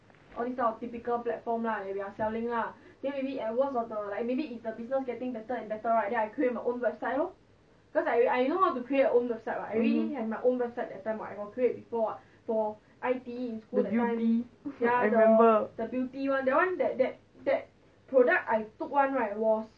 the beauty I remember